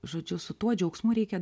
žodžiu su tuo džiaugsmu reikia